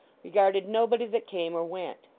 regarded nobody that came or went.